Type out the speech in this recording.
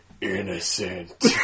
innocent